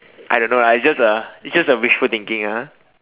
I don't know lah it's just a it's just a wishful thinking ah